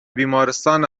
بیمارستان